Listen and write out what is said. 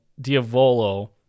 Diavolo